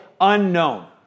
unknown